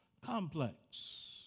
complex